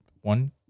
one-